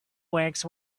works